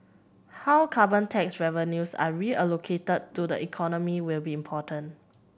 how carbon tax revenues are reallocated to the economy will be important